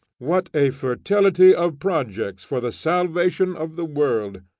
what a fertility of projects for the salvation of the world!